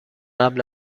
قبل